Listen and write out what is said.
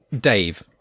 Dave